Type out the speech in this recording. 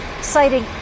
citing